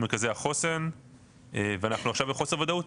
מרכזי החוסן ואנחנו עכשיו בחוסר ודאות,